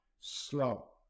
slow